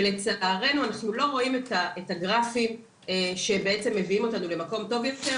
ולצערנו אנחנו לא רואים את הגרפים שבעצם מביאים אותנו למקום טוב יותר.